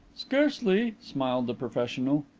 scarcely, smiled the professional.